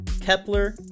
Kepler